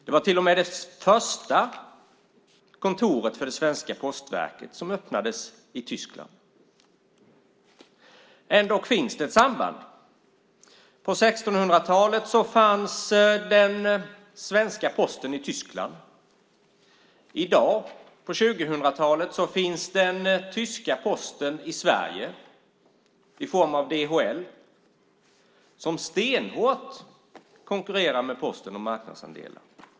Det var till och med det första kontoret för det svenska postverket som öppnades i Tyskland. Ändå finns det ett samband. På 1600-talet fanns den svenska Posten i Tyskland. I dag, på 2000-talet, finns den tyska posten i Sverige i form av DHL som stenhårt konkurrerar med Posten om marknadsandelar.